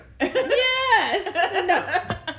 Yes